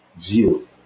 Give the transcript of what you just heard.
view